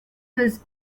his